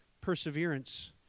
perseverance